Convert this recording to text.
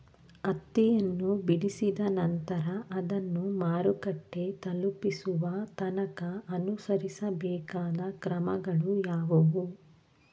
ಹತ್ತಿಯನ್ನು ಬಿಡಿಸಿದ ನಂತರ ಅದನ್ನು ಮಾರುಕಟ್ಟೆ ತಲುಪಿಸುವ ತನಕ ಅನುಸರಿಸಬೇಕಾದ ಕ್ರಮಗಳು ಯಾವುವು?